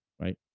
right